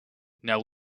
now